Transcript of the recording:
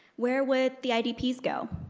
where would the idps go?